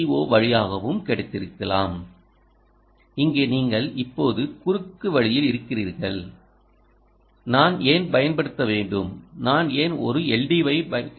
ஓ வழியாகவும் கிடைத்திருக்கலாம் இங்கே நீங்கள் இப்போது குறுக்கு சாலையில் இருக்கிறீர்கள் நான் ஏன் பயன்படுத்த வேண்டும் நான் ஏன் ஒரு எல்